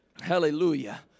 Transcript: hallelujah